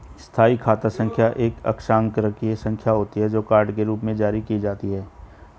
स्थायी खाता संख्या एक अक्षरांकीय संख्या होती है, जो कार्ड के रूप में जारी की जाती है